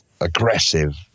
aggressive